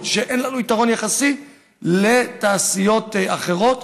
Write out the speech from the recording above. שאין לנו בהן יתרון יחסי לתעשיות אחרות,